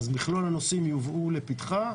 מכלול הנושאים יובאו לפתחה,